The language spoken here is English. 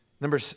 Number